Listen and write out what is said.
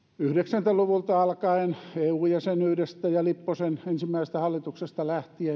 yhdeksänkymmentä luvulta alkaen eu jäsenyydestä ja lipposen ensimmäisestä hallituksesta lähtien